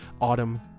autumn